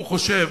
הוא חושב,